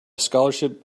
scholarship